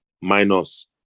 minus